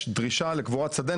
יש דרישה לקבורת שדה,